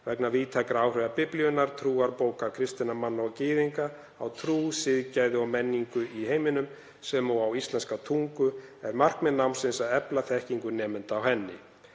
Vegna víðtækra áhrifa Biblíunnar, trúarbókar kristinna manna og gyðinga, á trú, siðgæði og menningu í heiminum sem og á íslenska tungu, er markmið námsins að efla þekkingu nemenda á henni.